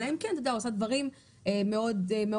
אלא אם כן הוא גם עשה דברים מאוד רעים,